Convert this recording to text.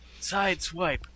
Sideswipe